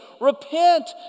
repent